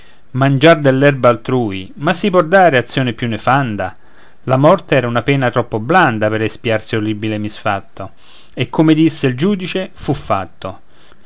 mangiar dell'erba altrui ma si può dare azione più nefanda la morte era una pena troppo blanda per espiar sì orribile misfatto e come disse il giudice fu fatto